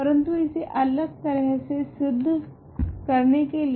परंतु इसे एक अलग तरह से सिद्ध करने के लिए